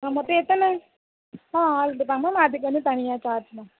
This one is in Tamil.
ஆ மொத்தம் எத்தனை ஆ ஆர்ட்ரு தான் மேம் அதுக்கு வந்து தனியாக சார்ஜ் மேம்